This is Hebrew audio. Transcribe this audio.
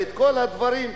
וכל הדברים,